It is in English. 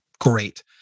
Great